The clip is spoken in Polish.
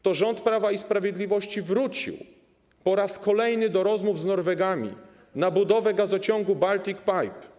To rząd Prawa i Sprawiedliwości wrócił po raz kolejny do rozmów z Norwegami o budowie gazociągu Baltic Pipe.